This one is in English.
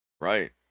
Right